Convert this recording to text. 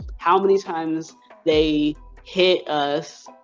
how many times they hit us.